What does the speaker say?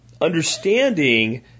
understanding